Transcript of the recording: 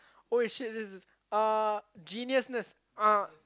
holy shit this is uh genuineness uh